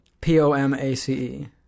P-O-M-A-C-E